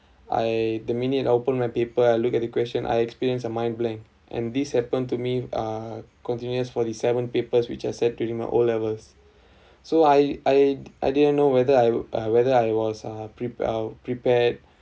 I the minute I open my paper I look at the question I experienced a mind blank and this happened to me uh continuous for the seven papers which are set during my O levels so I I I didn't know whether I uh whether I was uh prepare uh prepared